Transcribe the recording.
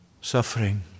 suffering